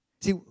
See